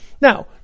Now